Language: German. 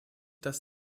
das